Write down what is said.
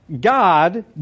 God